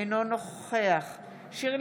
תפתחו משפחתונים ותקבלו כמה ילדים שאתם רוצים,